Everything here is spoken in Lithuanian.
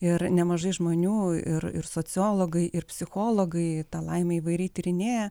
ir nemažai žmonių ir ir sociologai ir psichologai tą laimę įvairiai tyrinėja